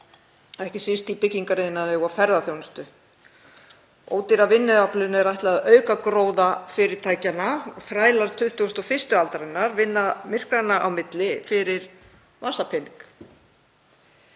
ekki síst í byggingariðnaði og ferðaþjónustu. Ódýra vinnuaflinu er ætlað að auka gróða fyrirtækjanna. Þrælar 21. aldarinnar vinna myrkranna á milli fyrir vasapening